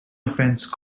offence